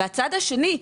מהצד השני,